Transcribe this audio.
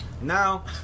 Now